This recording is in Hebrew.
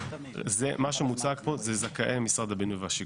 מה שמוצג פה הם זכאי משרד הבינוי והשיכון.